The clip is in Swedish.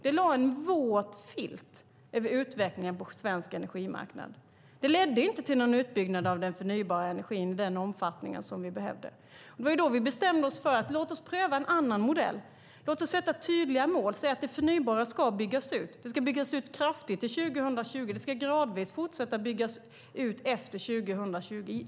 Det lade en våt filt över utvecklingen på svensk energimarknad. Det ledde inte till någon utbyggnad av den förnybara energin i den omfattning som vi behövde. Vi bestämde oss för att pröva en annan modell: Låt oss sätta upp tydliga mål och säga att det förnybara ska byggas ut. Det ska byggas ut kraftigt till 2020. Det ska gradvis fortsätta att byggas ut efter 2020.